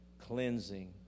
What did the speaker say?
cleansing